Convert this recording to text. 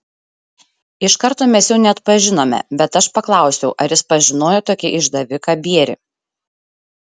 iš karto mes jo neatpažinome bet aš paklausiau ar jis pažinojo tokį išdaviką bierį